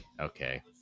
okay